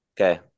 Okay